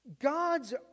God's